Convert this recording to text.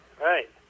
Right